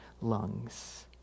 lungs